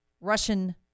Russian